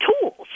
tools